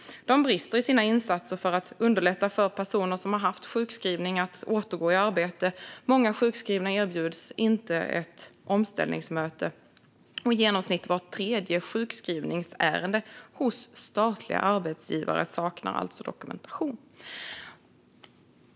De brister i sina insatser för att underlätta för personer som har varit sjukskrivna att återgå i arbete. Många sjukskrivna erbjuds inget omställningsmöte, och det saknas alltså dokumentation i vart tredje sjukskrivningsärende hos statliga arbetsgivare, i genomsnitt.